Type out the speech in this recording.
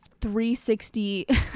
360